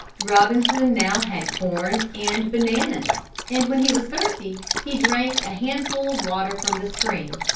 robinson now had corn and bananas and when he was thirsty he drank a handful of water from the spring.